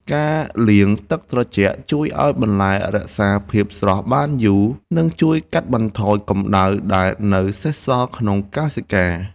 ការលាងទឹកត្រជាក់ជួយឱ្យបន្លែរក្សាភាពស្រស់បានយូរ និងជួយកាត់បន្ថយកម្ដៅដែលនៅសេសសល់ក្នុងកោសិកា។